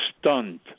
stunned